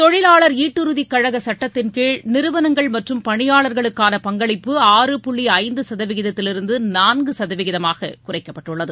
தொழிலாளர் ஈட்டுறுதிகழகசட்டத்தின்கீழ் நிறுவனங்கள் மற்றும் பணியாளர்களுக்கான பங்களிப்பு ஆறு புள்ளிஐந்துசதவீதத்திலிருந்துநான்குசதவீதமாககுறைக்கப்பட்டுள்ளது